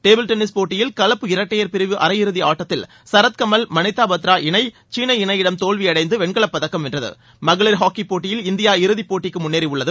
table tennis போட்டியில் கலப்பு இரட்டையர் பிரிவு அரையிறுதி ஆட்டத்தில் சரத்கமல் மணித்தாபத்ரா இணை சீன இணையிடம் தோல்வியடைந்து வெண்கலப்பதக்கம் வென்றது மகளிர் ஹாக்கிப் போட்டியில் இந்தியா இறுதிப்போட்டிக்கு முன்னேறி உள்ளது